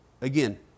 again